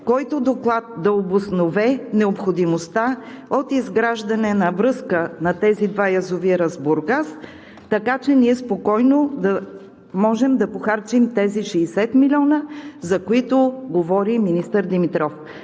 който доклад да обоснове необходимостта от изграждане на връзка на тези два язовира с Бургас, така че ние спокойно да можем да похарчим тези 60 милиона, за които говори министър Димитров.